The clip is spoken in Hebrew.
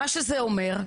מה שזה אומר,